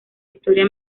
historia